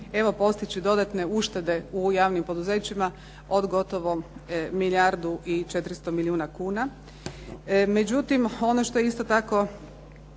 postići dodatne uštede u javnim poduzećima od gotovo milijardu i 400 milijuna kuna. Međutim, ono što je isto tako